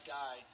guy